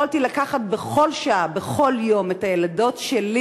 יכולתי לקחת בכל שעה, בכל יום, את הילדות שלי